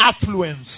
affluence